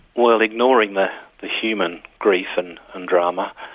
well ignoring the human grief and and drama,